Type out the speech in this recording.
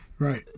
Right